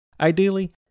Ideally